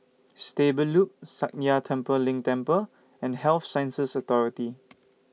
Stable Loop Sakya Tenphel Ling Temple and Health Sciences Authority